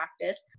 practice